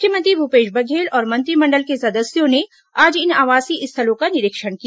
मुख्यमंत्री भूपेश बघेल और मंत्रिमंडल के सदस्यों ने आज इन आवासीय स्थलों का निरीक्षण किया